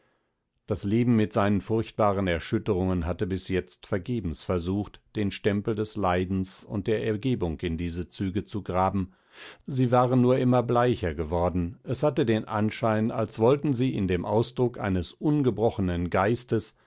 das leben mit seinen furchtbaren erschütterungen hatte bis jetzt vergebens versucht den stempel des leidens und der ergebung in diese züge zu graben sie waren nur immer bleicher geworden es hatte den anschein als wollten sie in dem ausdruck eines ungebrochenen geistes